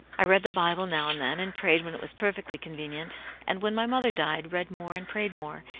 i read the bible now and then, and prayed when it was perfectly con venient and when my mother died, read more and prayed more,